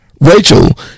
Rachel